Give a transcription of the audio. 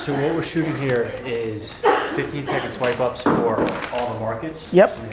what we're shooting here is fifteen second swipe ups for all the markets, yeah